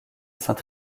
saint